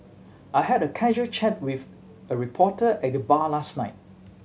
I had a casual chat with a reporter at the bar last night